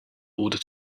order